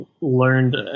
learned